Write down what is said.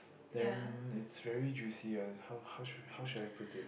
then it's very juicy ah how how should how should I put it